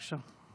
בבקשה.